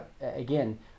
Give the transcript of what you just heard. again